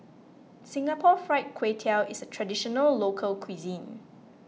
Singapore Fried Kway Tiao is a Traditional Local Cuisine